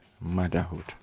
motherhood